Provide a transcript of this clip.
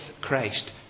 Christ